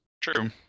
True